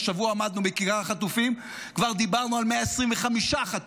השבוע עמדנו בכיכר החטופים וכבר דיברנו על 125 חטופים.